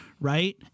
right